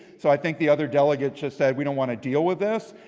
so i think the other delegates just said, we don't want to deal with this.